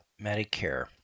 Medicare